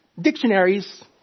dictionaries